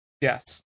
Yes